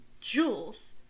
Jules